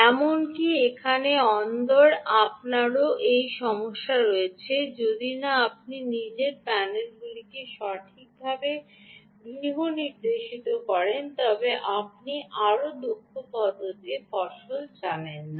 এমনকি এখানে অন্দর আপনারও এই সমস্যা রয়েছে যদি না আপনি নিজের প্যানেলগুলিকে সঠিকভাবে গৃহনির্দেশিত করেন তবে আপনি আরও দক্ষ পদ্ধতিতে ফসল জানেন না